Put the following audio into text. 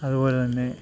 അതുപോലെതന്നെ